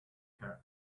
her